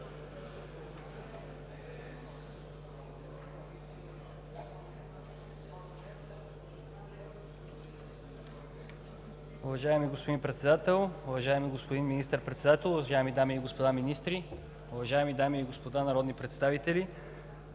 Уважаеми господин Председател, уважаеми господин Министър-председател, уважаеми дами и господа министри, уважаеми дами и господа народни представители!